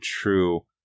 true